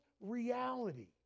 reality